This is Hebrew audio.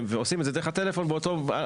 ועושים את זה דרך הטלפון על המקום.